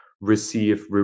receive